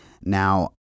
Now